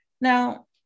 now